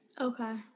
Okay